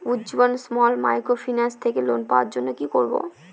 Ujjivan small microfinance থেকে loan পাওয়ার জন্য কি করব?